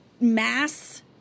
mass